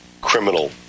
criminal